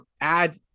add